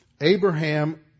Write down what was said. Abraham